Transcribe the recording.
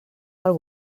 del